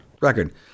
record